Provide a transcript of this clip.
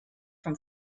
from